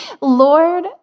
Lord